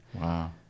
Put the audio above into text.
Wow